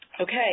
Okay